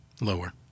Lower